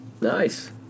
Nice